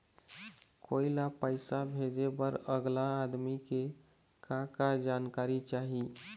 कोई ला पैसा भेजे बर अगला आदमी के का का जानकारी चाही?